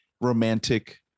romantic